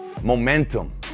momentum